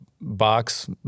box